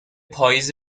پائیز